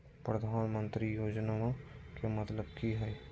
प्रधानमंत्री योजनामा के मतलब कि हय?